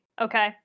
Okay